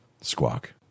Squawk